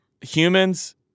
humans